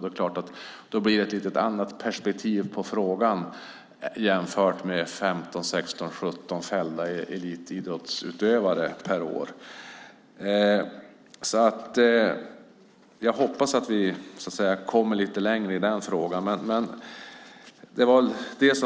Det är klart att detta ger ett lite annat perspektiv på frågan jämfört med 16-17 fällda elitidrottsutövare per år. Jag hoppas att vi kommer lite längre i den här frågan, men som jag